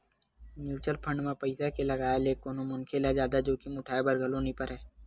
mutual fund म पइसा के लगाए ले कोनो मनखे ल जादा जोखिम उठाय बर घलो नइ परय